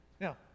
Now